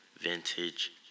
vintage